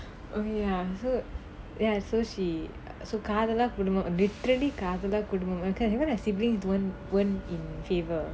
oh ya so ya so she so literally because their siblings don't weren't in favour